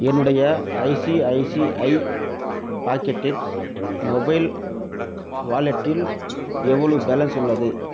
என்னுடைய ICICI Pockets mobile வாலெட்டில் எவ்ளோ பேலன்ஸ் உள்ளது